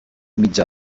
mitjà